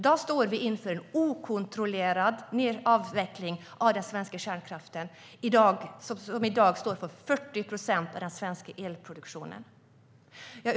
Vi står inför en okontrollerad avveckling av den svenska kärnkraften, som i dag står för 40 procent av den svenska elproduktionen.